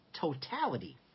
totality